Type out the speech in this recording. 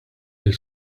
lill